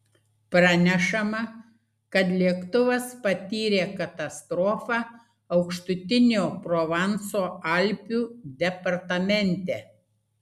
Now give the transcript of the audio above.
pranešama kad lėktuvas patyrė katastrofą aukštutinio provanso alpių departamente